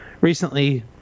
recently